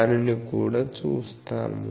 దానిని కూడా చూస్తాము